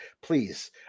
please